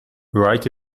right